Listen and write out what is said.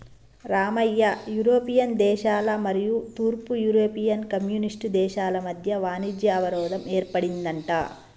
Ramayya European దేశాల మరియు తూర్పు యూరోపియన్ కమ్యూనిస్ట్ దేశాల మధ్య వాణిజ్య అవరోధం ఏర్పడిందంట